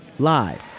Live